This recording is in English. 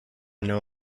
know